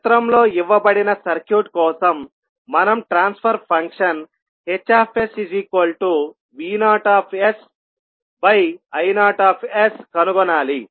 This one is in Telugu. చిత్రం లో ఇవ్వబడిన సర్క్యూట్ కోసం మనం ట్రాన్స్ఫర్ ఫంక్షన్ HVosIos కనుగొనాలి